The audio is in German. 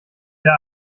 der